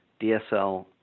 DSL